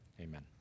amen